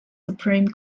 supreme